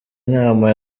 inama